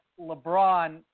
LeBron